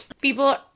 people